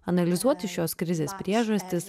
analizuoti šios krizės priežastis